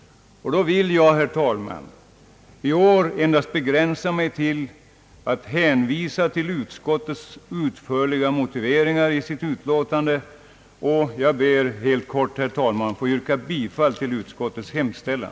I år vill jag, herr talman, begränsa mig och hänvisa till utskottets utförliga motiveringar i sitt utlåtande, och jag ber, herr talman, att få yrka bifall till utskottets hemställan.